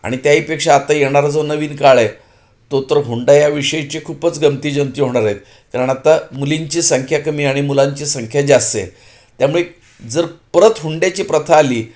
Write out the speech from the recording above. आणि त्याही पेक्षा आता येणारा जो नवीन काळ आहे तो तर हुंडा या विषयीची खूपच गमती जमती होणार आहेत कारण आता मुलींची संख्या कमी आणि मुलांची संख्या जास्त आहे त्यामुळे जर परत हुंड्याची प्रथा आली